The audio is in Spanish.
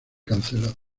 cancelado